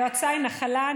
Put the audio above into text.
ליועציי: נחלה,